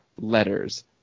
letters